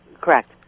correct